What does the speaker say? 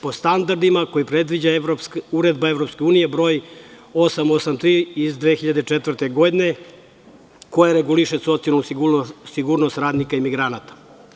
Po standardima koji predviđa uredba EU br.883 iz 2004. godine, koja reguliše socijalnu sigurnost radnika emigranata.